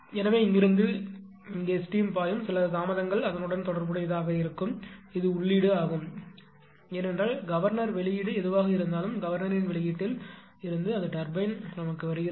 எனவே இங்கிருந்து இங்கே ஸ்டீம் பாயும் சில தாமதங்கள் அதனுடன் தொடர்புடையதாக இருக்கும் இது உள்ளீடு ஆகும் ஏனென்றால் கவர்னர் வெளியீடு எதுவாக இருந்தாலும் கவர்னரின் வெளியீட்டில் இருந்து அது டர்பைன் வருகிறது